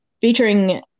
featuring